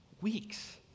weeks